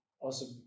awesome